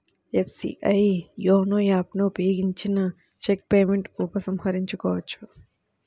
SBI YONO app ను ఉపయోగించిన cheque payment ఉపసంహరించుకోవచ్చు